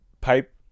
pipe